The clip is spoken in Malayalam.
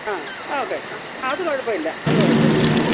ആ ഓക്കെ അത് കുഴപ്പമില്ല അത് കുഴപ്പമില്ല ആ